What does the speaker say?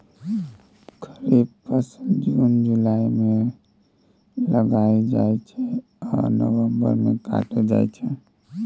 खरीफ फसल जुन जुलाई मे लगाएल जाइ छै आ नबंबर मे काटल जाइ छै